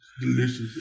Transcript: Delicious